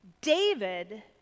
David